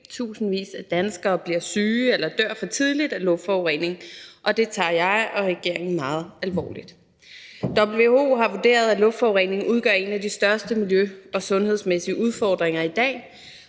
Tusindvis af danskere bliver syge eller dør for tidligt af luftforurening, og det tager jeg og regeringen meget alvorligt. WHO har vurderet, at luftforurening udgør en af de største miljø- og sundhedsmæssige udfordringer i dag,